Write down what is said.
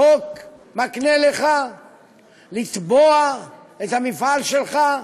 החוק מקנה לך לתבוע את המפעל שלך,